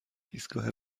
ایستگاه